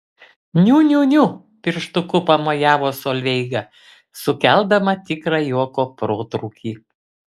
niu niu niu pirštuku pamojavo solveiga sukeldama tikrą juoko protrūkį